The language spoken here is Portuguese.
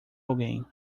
alguém